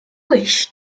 wish